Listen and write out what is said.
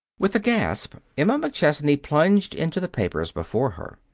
with a gasp, emma mcchesney plunged into the papers before her.